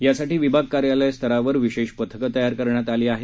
यासाठी विभाग कार्यालय स्तरावर विशेष पथकं तयार करण्यात आली आहेत